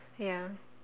ya